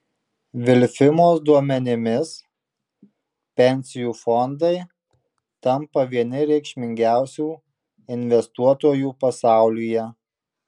vilfimos duomenimis pensijų fondai tampa vieni reikšmingiausių investuotojų pasaulyje